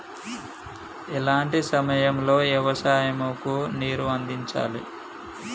ఎలాంటి సమయం లో వ్యవసాయము కు నీరు అందించాలి?